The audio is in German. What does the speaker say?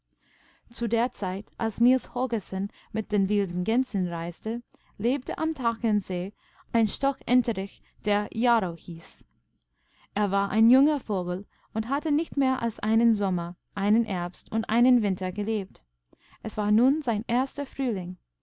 zu der zeit als niels holgersen mit den wilden gänsen reiste lebte am tkernseeeinstockenterich derjarrohieß erwareinjungervogelundhatte nicht mehr als einen sommer einen herbst und einen winter gelebt es war nun sein erster frühling